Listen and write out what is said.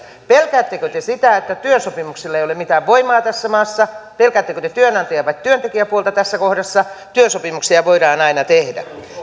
pelkäättekö te sitä että työsopimuksella ei ole mitään voimaa tässä maassa pelkäättekö te työnantaja vai työntekijäpuolta tässä kohdassa työsopimuksia voidaan aina tehdä